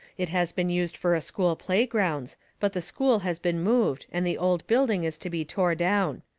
it has been used fur a school playgrounds, but the school has been moved and the old building is to be tore down.